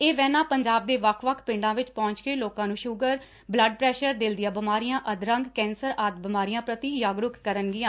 ਇਹ ਵੈਨਾਂ ਪੰਜਾਬ ਦੇ ਵੱਖ ਵੱਖ ਪਿੰਡਾਂ ਵਿੱਚ ਪਹੁੰਚ ਕੇ ਲੋਕਾਂ ਨੂੰ ਸੁਗਰ ਬਲੱਡ ਪ੍ਰੈਸ਼ਰ ਦਿਲ ਦੀਆਂ ਬੀਮਾਰੀਆਂ ਅਧਰੰਗ ਕੈਂਸਰ ਆਦਿ ਬਿਮਾਰੀਆਂ ਪ੍ਤੀ ਜਾਗਰੁਕ ਕਰਨਗੀਆਂ